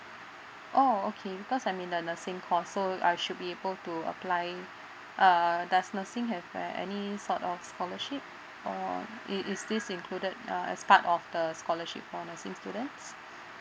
oh okay because I'm in the nursing course so I should be able to apply uh does nursing have an~ any sort of scholarship or it is this included uh as part of the scholarship for nursing students